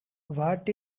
what